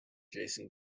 jason